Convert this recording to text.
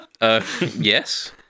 Yes